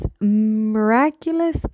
miraculous